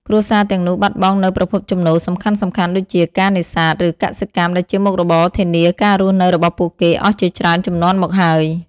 គ្រួសារទាំងនោះបាត់បង់នូវប្រភពចំណូលសំខាន់ៗ ដូចជាការ នេសាទ ឬ កសិកម្ម ដែលជាមុខរបរធានាការរស់នៅរបស់ពួកគេអស់ជាច្រើនជំនាន់មកហើយ។